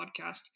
podcast